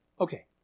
okay